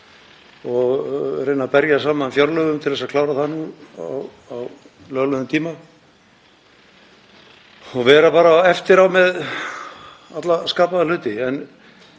og reyna að berja saman fjárlög til að klára það nú á löglegum tíma og vera eftir á með alla skapaða hluti?